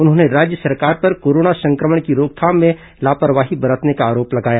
उन्होंने राज्य सरकार पर कोरोना संक्रमण की रोकथाम में लापरवाही बरतने का आरोप लगाया